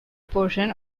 portion